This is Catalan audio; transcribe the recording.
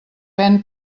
ven